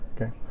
Okay